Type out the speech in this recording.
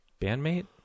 bandmate